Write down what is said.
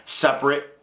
separate